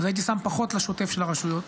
הייתי שם פחות לשוטף של הרשויות.